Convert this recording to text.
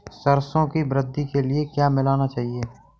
सरसों की वृद्धि के लिए क्या मिलाना चाहिए?